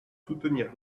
soutenir